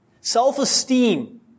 Self-esteem